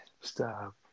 Stop